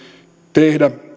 tehdä